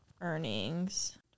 earnings